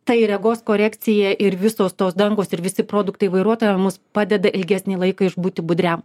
ta ir regos korekcija ir visos tos dangos ir visi produktai vairuotojam mums padeda ilgesnį laiką išbūti budriam